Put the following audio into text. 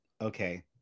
Okay